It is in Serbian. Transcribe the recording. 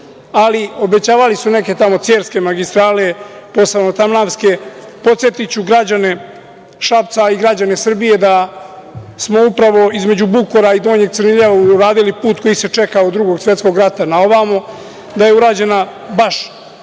ali obećavali su neke tamo cerske magistrale, posebno tamnavske. Podsetiću građane Šapca, a i građane Srbije da smo upravo između Bukora i Donjeg … uradili put koji se čeka od Drugog Svetskog rata na ovamo, da je urađena baš